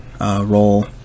Role